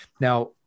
Now